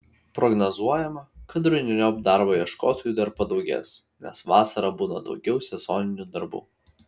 prognozuojama kad rudeniop darbo ieškotojų dar padaugės nes vasarą būna daugiau sezoninių darbų